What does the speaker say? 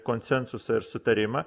konsensusą ir sutarimą